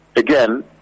Again